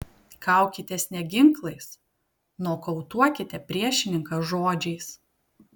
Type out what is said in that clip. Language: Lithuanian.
kaukitės ne ginklais nokautuokite priešininką žodžiais